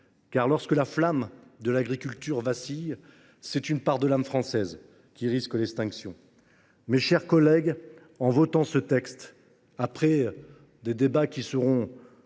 car lorsque la flamme de l’agriculture vacille, c’est une part de l’âme française qui risque l’extinction. Mes chers collègues, en votant ce texte, après des débats sans